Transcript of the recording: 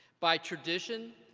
by tradition,